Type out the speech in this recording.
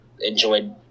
enjoyed